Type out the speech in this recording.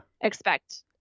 expect